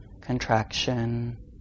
contraction